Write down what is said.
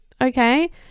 Okay